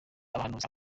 abahanuzi